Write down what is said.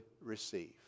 receive